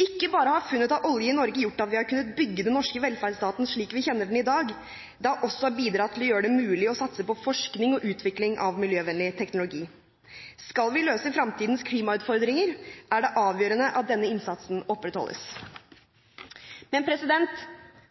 Ikke bare har funnet av olje i Norge gjort at vi har kunnet bygge den norske velferdsstaten slik vi kjenner den i dag, det har også bidratt til å gjøre det mulig å satse på forskning og utvikling av miljøvennlig teknologi. Skal vi løse fremtidens klimautfordringer, er det avgjørende at denne innsatsen opprettholdes.